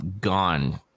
gone